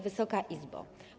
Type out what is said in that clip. Wysoka Izbo!